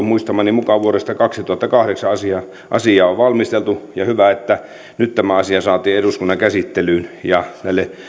muistamani mukaan jo vuodesta kaksituhattakahdeksan asiaa asiaa on valmisteltu ja hyvä että nyt tämä asia saatiin eduskunnan käsittelyyn ja